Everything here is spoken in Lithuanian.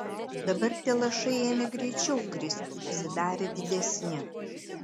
dabar tie lašai ėmė greičiau kristi pasidarė didesni